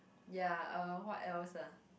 ya uh what else ah